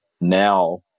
now